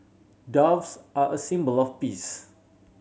Doves are a symbol of peace